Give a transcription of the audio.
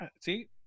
see